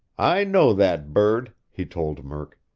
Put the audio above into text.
i know that bird, he told murk.